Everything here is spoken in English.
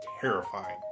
terrifying